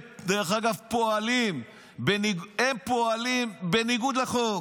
הם, דרך אגב, פועלים בניגוד לחוק.